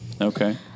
Okay